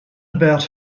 about